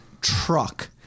truck